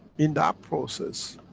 in that process,